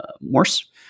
Morse